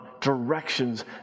directions